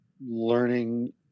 learning